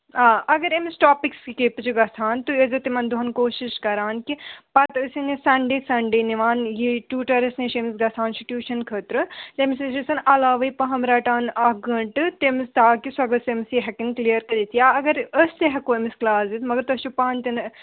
آ اگرأمِس topic skip تہِ چھِ گژھان تُہۍ ٲسۍزیو تِمَن دۄہَن کوٗشِش کران کہِ پَتہٕ ٲسِن یہِ سَنڈے سَنڈے نِوان یہِ ٹیوٗٹَرَس نِش ییٚمِس گژھان چھِ ٹیوٗشَن خٲطرٕ تٔمِس نِش ٲسۍتَن علاوٕے پَہَم رَٹان اَکھ گٲنٛٹہٕ تٔمِس تاکہِ سۄ گٔژھ أمِس یہِ ہٮ۪کٕنۍ کٕلیَر کٔرِتھ یا اگر أسۍ تہٕ ہٮ۪کو أمِس کٕلاس دِتھ مگر تۄہہِ چھُو پانہٕ تہِ نہٕ